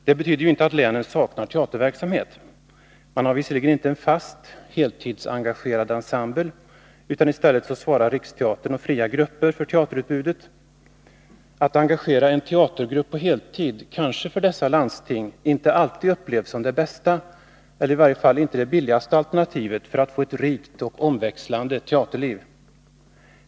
Det betyder inte att länen saknar teaterverksamhet. De har visserligen inte någon fast, heltidsengagerad ensemble, men i stället svarar riksteatern och fria grupper för teaterutbudet. Att engagera en teatergrupp på heltid upplevs kanske inte alltid av dessa landsting som det bästa eller i varje fall inte som det billigaste alternativet för att få ett rikt och omväxlande teaterliv.